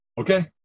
Okay